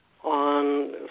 on